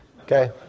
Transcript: Okay